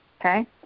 Okay